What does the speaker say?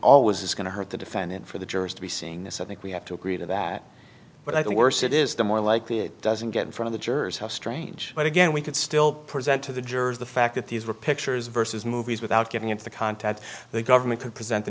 always is going to hurt the defendant for the jurors to be seeing this i think we have to agree to that but i the worse it is the more likely it doesn't get in front of the jurors how strange but again we could still present to the jurors the fact that these were pictures versus movies without getting into the content the government could present